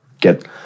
get